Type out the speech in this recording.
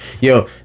yo